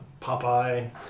Popeye